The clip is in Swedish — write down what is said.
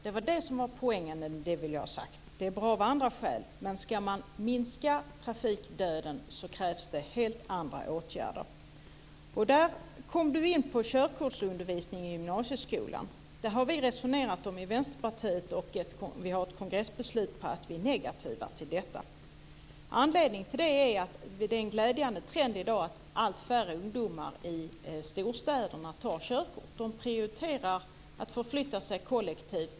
Det var det som var poängen i det jag ville ha sagt. För att minska trafikdöden krävs helt andra åtgärder. Tuve Skånberg kom in på körkortsundervisningen i gymnasieskolan. Vi i Vänsterpartiet har resonerat om den frågan, och vi har ett kongressbeslut på att vi är negativa till detta. Anledningen är att det är en glädjande trend i dag att allt färre ungdomar i storstäderna tar körkort. De prioriterar att förflytta sig kollektivt.